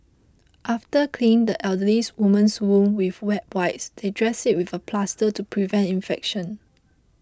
after cleaning the elderly woman's wound with wet wipes they dressed it with a plaster to prevent infection